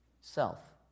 self